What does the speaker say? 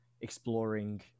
exploring